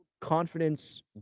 confidence